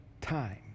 time